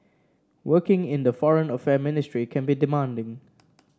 working in the Foreign Affair ministry can be demanding